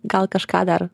gal kažką dar